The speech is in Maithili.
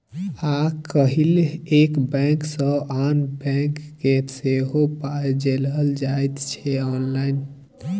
आय काल्हि एक बैंक सँ आन बैंक मे सेहो पाय भेजल जाइत छै आँनलाइन